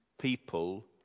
people